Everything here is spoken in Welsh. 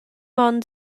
ond